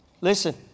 Listen